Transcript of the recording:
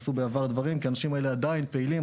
האנשים האלה עדיין פעילים,